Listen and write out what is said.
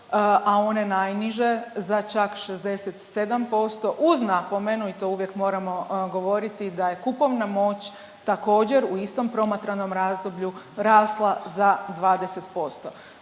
a one najniže za čak 67% uz napomenu i to uvijek moramo govoriti da je kupovna moć također u istom promatranom razdoblju rasla za 20%.